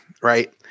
right